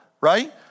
right